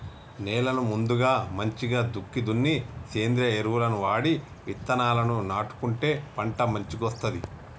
నేలను ముందుగా మంచిగ దుక్కి దున్ని సేంద్రియ ఎరువులను వాడి విత్తనాలను నాటుకుంటే పంట మంచిగొస్తది